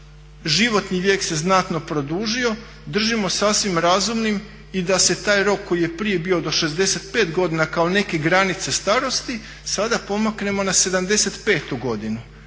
životni vijek se znatno produžio, držimo sasvim razumnim i da se taj rok koji je prije bio do 65 godina kao neke granice starosti sada pomaknemo na 75 godinu.